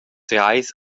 treis